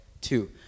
two